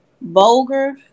vulgar